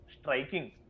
striking